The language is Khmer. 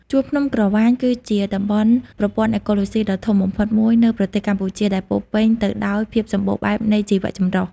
ជួរភ្នំក្រវ៉ាញគឺជាតំបន់ប្រព័ន្ធអេកូឡូស៊ីដ៏ធំបំផុតមួយនៅប្រទេសកម្ពុជា ដែលពោរពេញទៅដោយភាពសម្បូរបែបនៃជីវចម្រុះ។